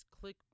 click